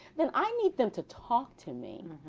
then i need them to talk to me.